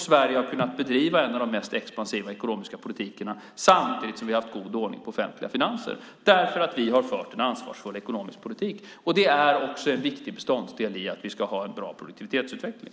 Sverige har kunnat bedriva en ekonomisk politik som har varit en av de mest expansiva samtidigt som vi har haft god ordning på våra offentliga finanser därför att vi har fört en ansvarsfull ekonomisk politik. Det är också en viktig beståndsdel i att vi ska ha en bra produktivitetsutveckling.